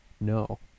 no